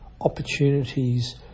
opportunities